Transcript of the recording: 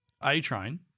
A-Train